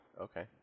Okay